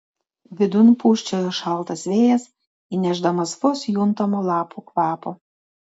vidun pūsčiojo šaltas vėjas įnešdamas vos juntamo lapų kvapo